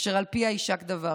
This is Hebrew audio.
אשר על פיה יישק דבר.